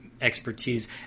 expertise